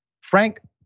Frank